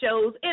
shows